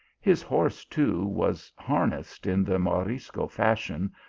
his horse, too, was har nessed in the morisco fashion,